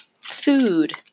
Food